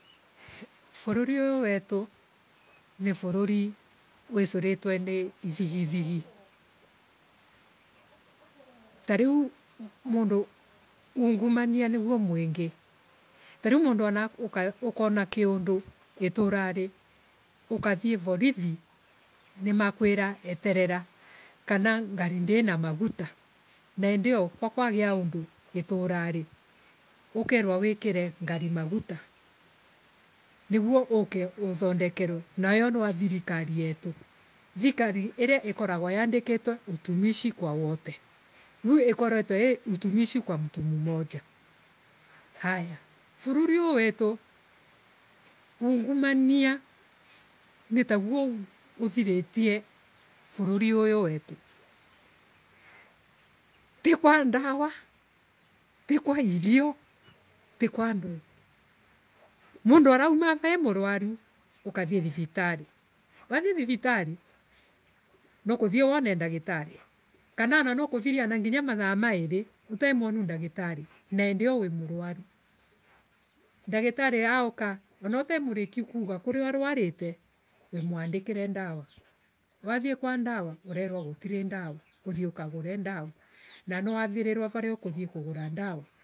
Vururi uyu wetu ni vururi wicuritwe ni ithigithigi. Tariu mundu. ungumania niguo mwingi. Tariu mundu ana ukona kiundu iturari ukathie polithi nimakwira eterera kana ngari ndina maguita na idi iyo ga kwagia undu iturari. ukirwa wikire ngari maguta niguo uke uthondekerwe na iyo nwa thirikari yetu. Thirikari iria ikoragwa yandikitwe utuishi kwa wote. Kiu ikoretwe. Ii utumishi kwa mtu mmoja. Ayaa. vururi uyu wetu. Uungumania nitaguo uthiretie vururi uyu wetu. Ii kwa dawa ti kwa irio ti kwa ndwi. Mundu arauma ara emurwaru. akathie thibitari. athie thivitari nuukuthie wone ndagitari. Nadgitari auka ana utaemurekiu kuga kuria urwarite wi mwandikire dawa. Wathie kwa dawa urerwa gutiri dawa uthie ukagure dawa na niwathirirwa varia ukuthie kugura dawa.